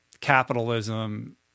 capitalism